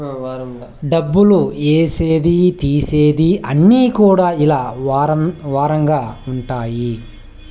డబ్బులు ఏసేది తీసేది అన్ని కూడా ఇలా వారంగా ఉంటాయి